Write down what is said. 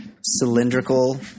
cylindrical